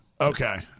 Okay